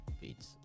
beats